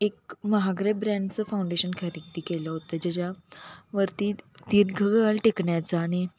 एक महागडे ब्रँडचं फाउंडेशन खरेदी केलं होतं ज्याच्यावरती तीन दीर्घकाळ टिकण्याचा आणि